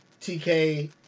TK